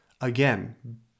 again